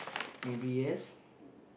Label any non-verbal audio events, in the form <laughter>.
maybe yes <breath>